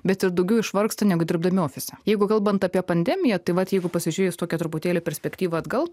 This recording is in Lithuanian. bet ir daugiau išvargsta negu dirbdami ofise jeigu kalbant apie pandemiją tai vat jeigu pasižiūrėjus tokia truputėlį perspektyvą atgal